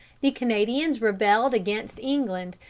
the canadians rebelled against england,